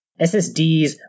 ssds